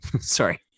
Sorry